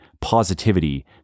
positivity